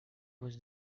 was